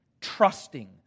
trusting